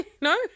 No